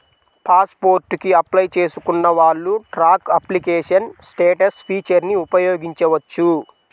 pass port కి apply చేసుకున్న వాళ్ళు ట్రాక్ అప్లికేషన్ స్టేటస్ ఫీచర్ని ఉపయోగించవచ్చు